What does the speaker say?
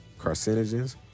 carcinogens